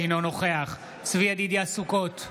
אינו נוכח צבי ידידיה סוכות,